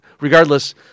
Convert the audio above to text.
regardless